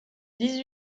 dix